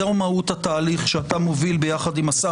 זה מהות התהליך שאתה מוביל ביחד עם השר